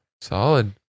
solid